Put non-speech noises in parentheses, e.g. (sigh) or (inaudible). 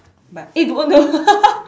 but eh don't no (laughs)